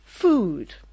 Food